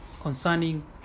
concerning